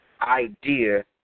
idea